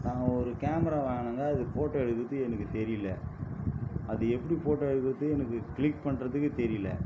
நான் ஒரு கேமரா வாங்கினேங்க அது ஃபோட்டோ எடுக்கிறதுக்கு எனக்கு தெரியல அது எப்படி ஃபோட்டோ எடுக்கிறது எனக்கு க்ளிக் பண்ணுறத்துக்கு தெரியல